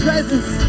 Presence